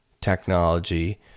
technology